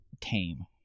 tame